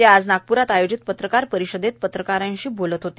ते आज नागपूरात आयोजित पत्रकार परिषदेत पत्रकारांशी बोलत होते